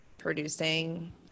producing